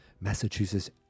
Massachusetts